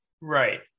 Right